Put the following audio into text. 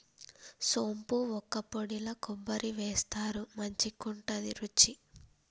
సోంపు వక్కపొడిల కొబ్బరి వేస్తారు మంచికుంటది రుచి